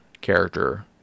character